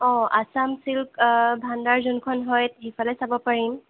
অঁ আছাম চিল্ক ভাণ্ডাৰ যোনখন হয় সেইফালে চাব পাৰিম